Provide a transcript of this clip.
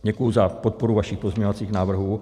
Děkuji za podporu vašich pozměňovacích návrhů.